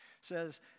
says